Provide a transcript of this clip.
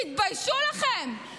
תתביישו לכם.